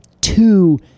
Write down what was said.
two